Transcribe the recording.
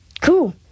cool